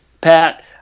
Pat